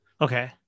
Okay